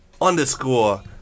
underscore